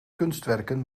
kunstwerken